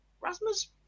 Rasmus